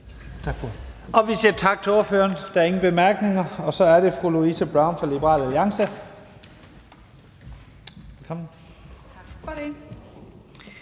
Lahn Jensen): Vi siger tak til ordføreren. Der er ingen korte bemærkninger. Så er det fru Louise Brown fra Liberal Alliance. Velkommen.